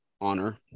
honor